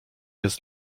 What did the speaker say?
jest